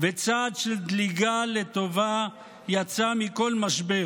וצעד של דליגה לטובה יצא מכל משבר,